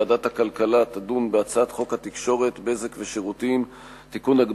ועדת הכלכלה תדון בהצעת חוק התקשורת (בזק ושירותים) (תיקון,